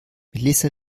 melissa